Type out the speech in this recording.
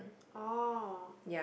orh